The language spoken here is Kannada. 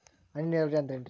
ಹನಿ ನೇರಾವರಿ ಅಂದ್ರೇನ್ರೇ?